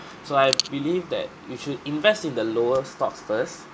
so I believe that you should invest in the lower stocks first